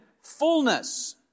fullness